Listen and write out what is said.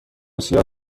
سیاه